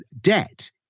debt